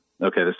Okay